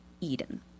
Eden